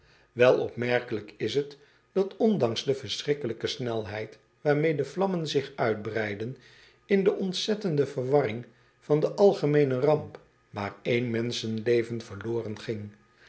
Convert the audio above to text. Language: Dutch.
el opmerkelijk is het dat ondanks de verschrikkelijke snelheid waarmeê de vlammen zich uitbreidden in de ontzettende verwarring van den algemeenen ramp maar één menschenleven verloren ging